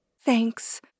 Thanks